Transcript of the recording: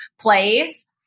place